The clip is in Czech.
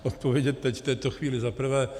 Odpovědět teď v této chvíli zaprvé...